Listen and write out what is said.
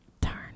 Darn